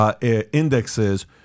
indexes